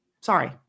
sorry